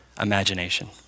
imagination